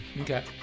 Okay